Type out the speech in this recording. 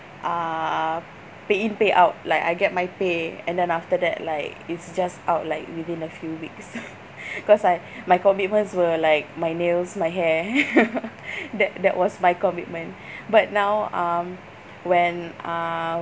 uh pay in pay out like I get my pay and then after that like it's just out like within a few weeks cause I my commitments were like my nails my hair that that was my commitment but now um when uh